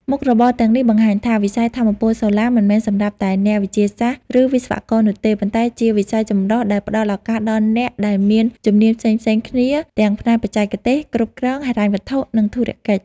មុខរបរទាំងនេះបង្ហាញថា វិស័យថាមពលសូឡាមិនមែនសម្រាប់តែអ្នកវិទ្យាសាស្ត្រ ឬវិស្វករនោះទេ ប៉ុន្តែជាវិស័យចម្រុះដែលផ្តល់ឱកាសដល់អ្នកដែលមានជំនាញផ្សេងៗគ្នា ទាំងផ្នែកបច្ចេកទេស គ្រប់គ្រង ហិរញ្ញវត្ថុ និងធុរកិច្ច។